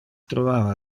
trovava